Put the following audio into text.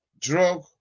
drug